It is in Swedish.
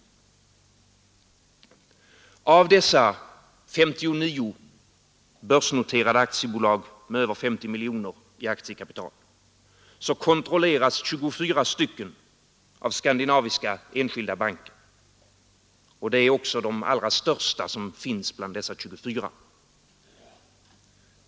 Av dessa 59 börsnoterade aktiebolag med över 50 miljoner kronor i aktiekapital kontrolleras 24 av Skandinaviska enskilda banken, och det är också de allra största aktiebolagen som finns bland dessa 24.